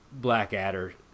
Blackadder